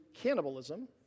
cannibalism